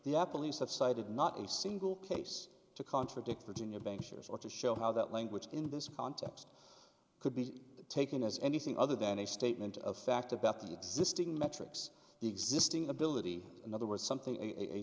the apple east have cited not a single case to contradict virginia bankers or to show how that language in this context could be taken as anything other than a statement of fact about the existing metrics the existing ability in other words something a